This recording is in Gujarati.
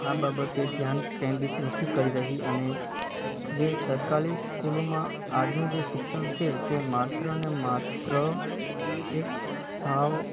આ બાબતે ધ્યાન કેન્દ્રિત નથી કરી રહી અને જે સરકારી સ્કૂલોમાં આજનું જે શિક્ષણ છે એ માત્ર અને માત્ર એક સાવ